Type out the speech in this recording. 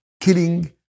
killing